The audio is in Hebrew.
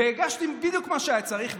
והגשתי בדיוק מה שהיה צריך,